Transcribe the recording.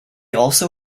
also